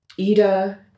Ida